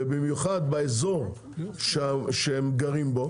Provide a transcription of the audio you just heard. במיוחד באזור שהם גרים בו,